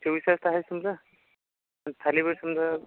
चोवीस तास तर आहेच तुमचं अन थालीपीठ समजा